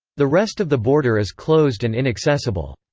the rest of the border is closed and inaccessible.